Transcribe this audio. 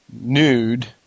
nude